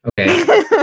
Okay